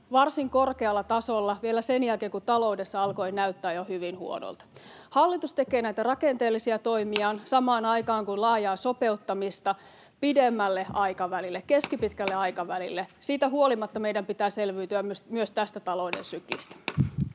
varsin korkealla tasolla vielä sen jälkeen, kun taloudessa alkoi näyttää jo hyvin huonolta. Hallitus tekee näitä rakenteellisia toimiaan samaan aikaan kuin laajaa sopeuttamista pidemmälle aikavälille, keskipitkällä aikavälille. Siitä huolimatta meidän pitää selviytyä myös tästä talouden syklistä.